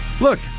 look